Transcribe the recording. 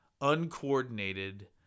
uncoordinated